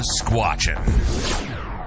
squatching